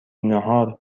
ناهار